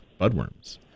budworms